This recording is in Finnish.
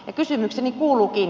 kysymykseni kuuluukin